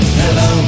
hello